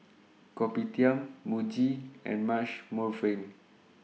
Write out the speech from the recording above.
Kopitiam Muji and Marche